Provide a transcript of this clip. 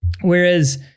Whereas